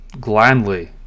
gladly